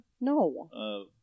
No